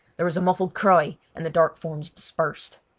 there was a muffled cry, and the dark forms dispersed.